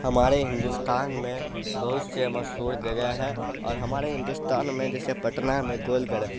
ہمارے ہندوستان میں بہت سے مشہور جگہ ہیں اور ہمارے ہندوستان میں جیسے پٹنہ میں گول گڑھ ہے